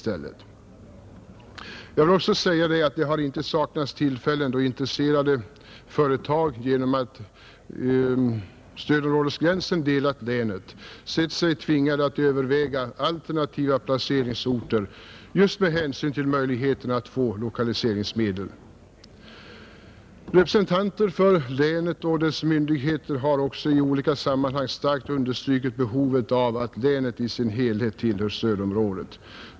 Genom att stödområdesgränsen har delat länet har det förekommit att intresserade företag sett sig tvingade att överväga alternativa placeringsorter just med hänsyn till möjligheterna att få lokaliseringsmedel. Representanter för länet och dess myndigheter har också i olika sammanhang starkt understrukit behovet av att länet i sin helhet tillhör stödområdet.